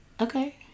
okay